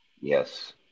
yes